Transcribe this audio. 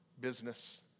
business